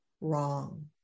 wrong